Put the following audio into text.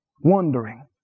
Wondering